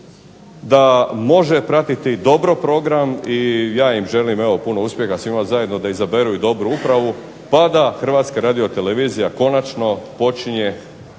da može pratiti dobro program i ja im želim puno uspjeha svima zajedno i da izaberu dobru upravu pa da HRTV-a konačno počne